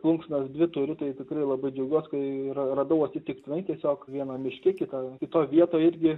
plunksnas dvi turiu tai tikrai labai džiaugiuosi kai yra radau atsitiktinai tiesiog vienam miške kitam toj vietoj irgi